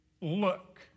look